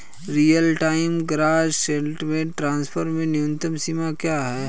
Real time gross settlement transfer में न्यूनतम सीमा क्या है?